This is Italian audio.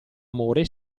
amore